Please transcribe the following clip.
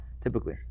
typically